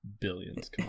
billions